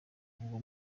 uwo